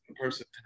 person